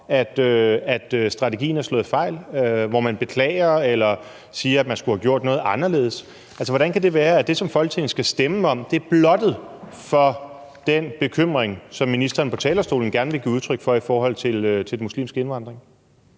at strategien er slået fejl, hvor man beklager eller siger, at man skulle have gjort noget anderledes. Altså, hvordan kan det være, at det, som Folketinget skal stemme om, er blottet for den bekymring, som ministeren på talerstolen gerne vil give udtryk for i forhold til den muslimske indvandring?